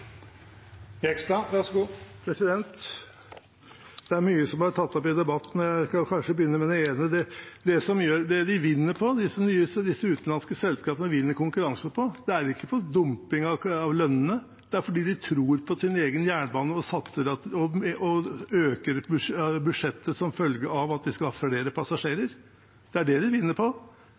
Det er mye som er tatt opp i debatten, og jeg skal begynne med det ene. Det disse nye utenlandske selskapene vinner konkurranser på, er ikke dumping av lønnene, det er at de tror på sin egen jernbane, satser og øker budsjettet som følge av at de skal ha flere passasjerer. Det er det de vinner på.